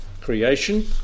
creation